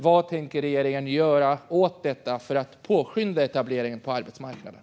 Vad tänker regeringen göra för att påskynda etableringen på arbetsmarknaden?